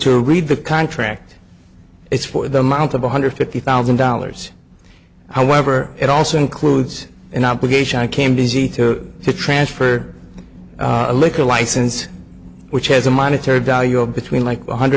to read the contract it's for the amount of one hundred fifty thousand dollars however it also includes an obligation i came to z to to transfer a liquor license which has a monetary value of between like one hundred